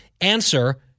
Answer